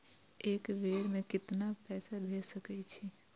एक बेर में केतना पैसा भेज सके छी?